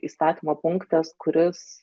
įstatymo punktas kuris